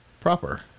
proper